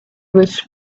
which